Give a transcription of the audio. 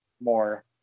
more